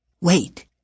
Wait